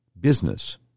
Business